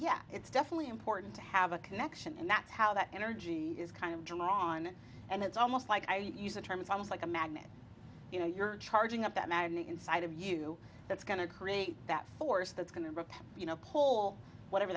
yeah it's definitely important to have a connection and that's how that energy is kind of drawn and it's almost like i use a term it's almost like a magnet you know you're charging up that magnet inside of you that's going to create that force that's going to rip you know pull whatever